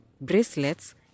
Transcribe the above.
bracelets